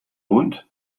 bunt